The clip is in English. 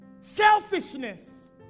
Selfishness